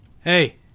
Hey